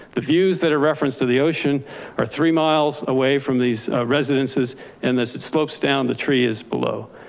the views that are referenced to the ocean are three miles away from these residences and this it slopes down the tree is below.